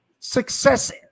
success